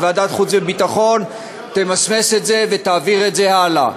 וועדת החוץ והביטחון תמסמס את זה ותעביר את זה הלאה.